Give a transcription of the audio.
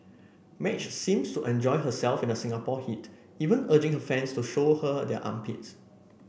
Madge seems to enjoy herself in the Singapore heat even urging her fans to show her their armpits